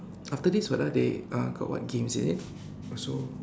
after this what ah they uh got what games is it oh so